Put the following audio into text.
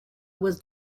was